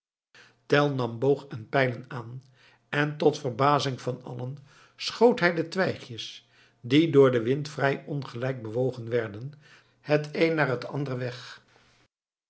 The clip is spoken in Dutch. tell nam boog en pijlen aan en tot verbazing van allen schoot hij de twijgjes die door den wind vrij ongelijk bewogen werden het een na het ander weg